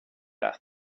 last